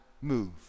move